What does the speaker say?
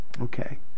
okay